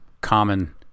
common